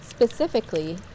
specifically